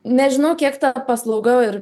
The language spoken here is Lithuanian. nežinau kiek ta paslauga ir